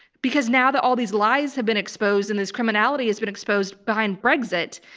because now that all these lies have been exposed and this criminality has been exposed behind brexit,